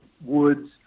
woods